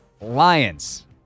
Lions